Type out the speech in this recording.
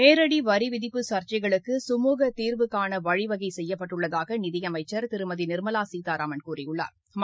நேரடி வரி விதிப்பு சா்ச்சைகளுக்கு கமூக தீா்வுகாண வழிவகை செய்யப்பட்டுள்ளதாக நிதி அமைச்சா் திருமதி நிா்மலா சீதாராமன் கூறியுள்ளாா்